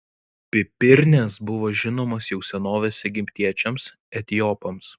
pipirnės buvo žinomos jau senovės egiptiečiams etiopams